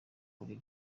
buri